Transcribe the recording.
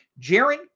Jaron